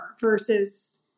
versus